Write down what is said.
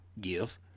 Give